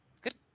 good